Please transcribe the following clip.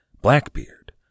Blackbeard